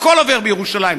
הכול עובר בירושלים.